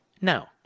No